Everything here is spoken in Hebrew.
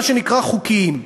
מה שנקרא חוקיים,